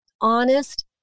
honest